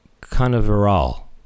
Canaveral